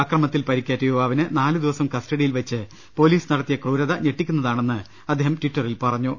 അക്രമ ത്തിൽ പരിക്കേറ്റ യുവാവിനെ നാല് ദിവസം കസ്റ്റഡിയിൽ വെച്ച് പൊലീസ് നടത്തിയ ക്രൂരത ഞെട്ടിക്കുന്നതാണെന്ന് അദ്ദേഹം ടിറ്ററിൽ പ്റഞ്ഞു